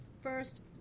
First